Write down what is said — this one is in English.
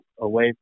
away